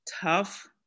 tough